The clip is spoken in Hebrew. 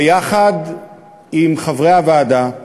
ויחד עם חברי הוועדה,